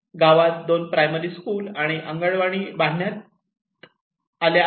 गावात दोन primary school आणि अंगणवाडी बांधण्यात आल्या आहेत